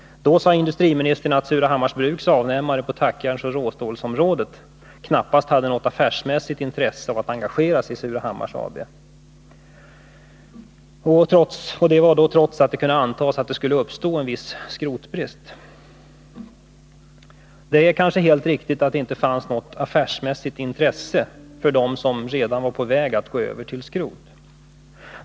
Då sade industriministern att Surahammars Bruks avnämare på tackjärnsoch råstålsområdet knappast hade något affärsmässigt intresse av att engagera sig i Surahammars AB — trots att det kunde antas att det skulle uppstå viss skrotbrist. Och det kanske var helt riktigt att det inte fanns något affärsmässigt intresse hos dem som redan var på väg att gå över till skrot.